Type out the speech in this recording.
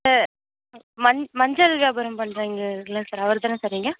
sir மஞ் மஞ்சள் வியாபாரம் பண்ணுறீங்கள்ல சார் அவர் தானே சார் நீங்கள்